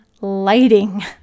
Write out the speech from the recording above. lighting